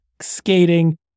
skating